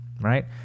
right